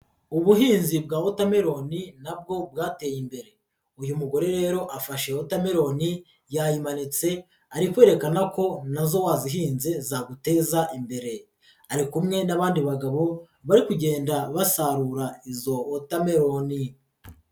Ubuhinzi bwa wotameloni nabwo bwateye imbere, uyu mugore rero afashe wotameloni yayimanitse ari kwerekana ko nazo wazihinze zaguteza imbere, ari kumwe n'abandi bagabo bari kugenda basarura izo wotameloni.